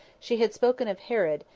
she had spoken of herod,